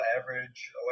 average